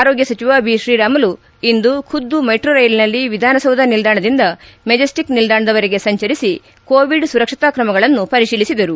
ಆರೋಗ್ಯ ಸಚಿವ ಬಿತ್ರೀರಾಮುಲು ಇಂದು ಖುದ್ದು ಮೆಟ್ರೋ ರೈಲಿನಲ್ಲಿ ವಿಧಾನಸೌಧ ನಿಲ್ದಾಣದಿಂದ ಮೆಟ್ಸಿಕ್ ನಿಲ್ದಾಣದವರೆಗೆ ಸಂಚರಿಸಿ ಕೋವಿಡ್ ಸುರಕ್ಷತಾ ಕ್ರಮಗಳನ್ನು ಪರಿತೀಲಿಸಿದರು